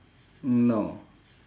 no